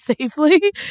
safely